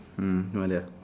mm noted